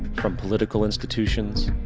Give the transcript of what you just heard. from political institutions,